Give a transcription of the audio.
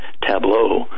tableau